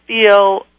feel